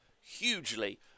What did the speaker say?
hugely